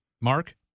Mark